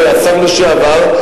השר לשעבר,